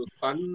fun